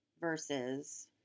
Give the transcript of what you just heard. Versus